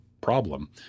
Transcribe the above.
problem